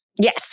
Yes